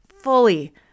fully